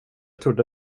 trodde